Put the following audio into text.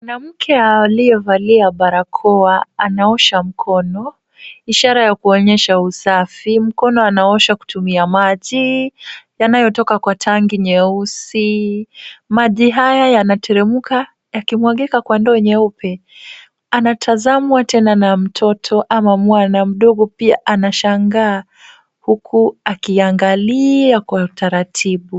Mwanamke aliyevalia barakoa anaosha mkono ishara ya kuonyesha usafi. Mkono anauosha kutumia maji yanayotoka kwa tangi nyeusi. Maji haya yanateremka yakimwagika kwa ndoo nyeupe. Anatazamwa tena na mtoto ama mwana mdogo pia anashangaa huku akiangalia kwa utaratibu.